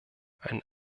ein